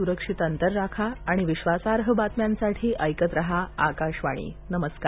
सुरक्षित अंतर राखा आणि विश्वासार्ह बातम्यांसाठी ऐकत राहा आकाशवाणी नमस्कार